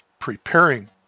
preparing